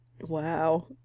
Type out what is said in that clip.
Wow